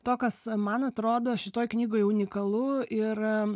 to kas man atrodo šitoj knygoj unikalu ir